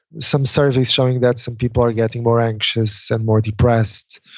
some surveys showing that some people are getting more anxious and more depressed.